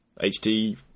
hd